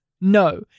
no